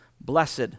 Blessed